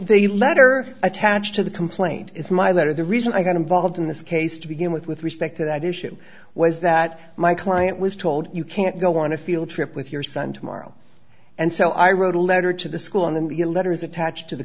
they letter attached to the complaint it's my letter the reason i got involved in this case to begin with with respect to that issue was that my client was told you can't go on a field trip with your son tomorrow and so i wrote a letter to the school on the a letter is attached to the